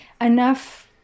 enough